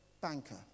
banker